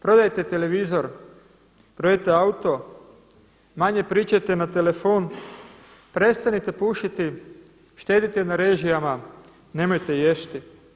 Prodajte televizor, prodajte auto, manje pričajte na telefon, prestanite pušiti, štedite na režijama, nemojte jesti.